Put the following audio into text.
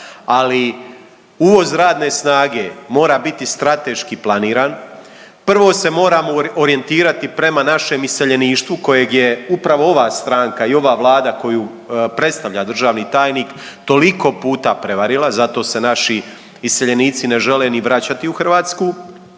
ali uvoz radne snage mora biti strateški planiran, prvo se moramo orijentirati prema našem iseljeništvu kojeg je upravo ova stranka i ova Vlada koju predstavlja državni tajnik toliko puta prevarila, zato se naši iseljenici ne žele ni vraćati u Hrvatsku,